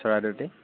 চৰাইদেউতে